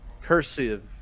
cursive